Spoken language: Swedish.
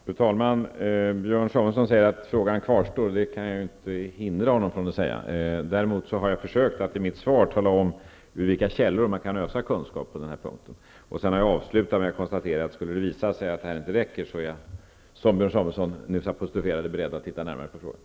Fru talman! Björn Samuelson säger att frågan kvarstår. Det kan jag inte hindra honom från att säga. Däremot har jag försökt att i mitt svar tala om ur vilka källor man kan ösa kunskap på denna punkt. Jag avslutade med att konstatera att jag, om det skulle visa sig att detta inte räcker, är beredd att titta närmare på frågan.